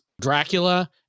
Dracula